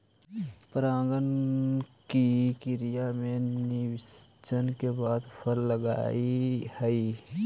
परागण की क्रिया में निषेचन के बाद फल लगअ हई